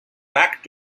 back